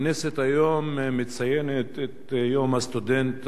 הכנסת היום מציינת את יום הסטודנט,